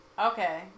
Okay